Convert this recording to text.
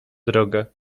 drogę